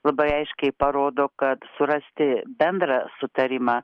labai aiškiai parodo kad surasti bendrą sutarimą